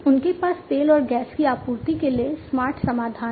उनके पास तेल और गैस की आपूर्ति के लिए स्मार्ट समाधान हैं